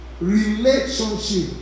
Relationship